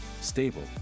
stable